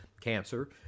cancer